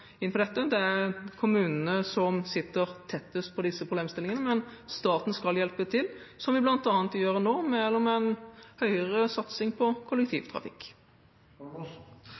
som sitter tettest på disse problemstillingene, men staten skal hjelpe til, som vi bl.a. gjør nå ved en høyere satsing på kollektivtrafikk.